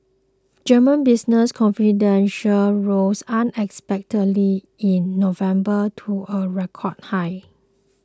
German business confidence rose unexpectedly in November to a record high